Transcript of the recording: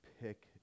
pick